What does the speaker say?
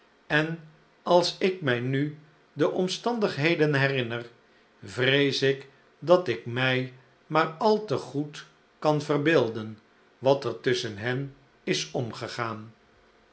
en als ik mij nu de omstandigheden herinner vrees ik dat ik mij maar al te goed kan verbeelden wat er tusschen hen is omgegaan